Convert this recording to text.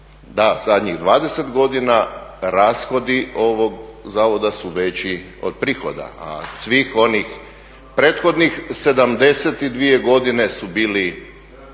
da zadnjih 20 godina rashodi ovog zavoda su veći od prihoda, a svih onih prethodnih 72 godine su bili